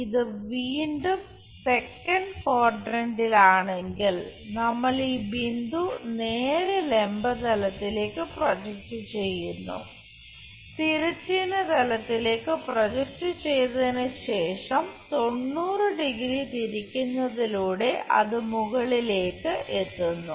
ഇത് വീണ്ടും സെക്കന്റ് ക്വാഡ്രന്റിലാണെങ്കിൽ നമ്മൾ ഈ ബിന്ദു നേരെ ലംബ തലത്തിലേക്ക് പ്രൊജക്റ്റ് ചെയ്യുന്നു തിരശ്ചീന തലത്തിലേക്ക് പ്രോജക്റ്റ് ചെയ്തതിനു ശേഷം 90 ഡിഗ്രി 90° തിരിക്കുന്നതിലൂടെ അത് മുകളിലേക്ക് എത്തുന്നു